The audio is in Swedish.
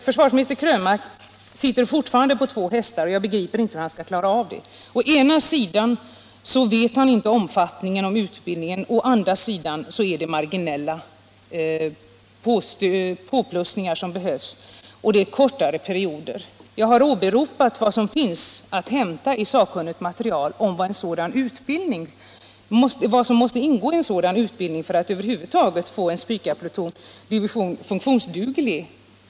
Försvarsminister Krönmark sitter fortfarande på två hästar, och jag begriper inte hur han skall klara av det. Å ena sidan känner han inte omfattningen av utbildningen, å andra sidan behövs det marginella påplussningar under kortare perioder. Jag har åberopat vad som finns att hämta när det gäller pålitligt sakmaterial om vad som måste ingå i en sådan utbildning för att man över huvud taget skall kunna få en Spicadivision funktionsduglig.